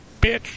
bitch